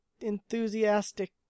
enthusiastic